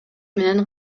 менен